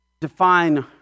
define